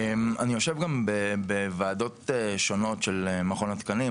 אני יושב גם בוועדות שונות של מכון התקנים,